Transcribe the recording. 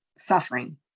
suffering